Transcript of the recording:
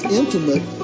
intimate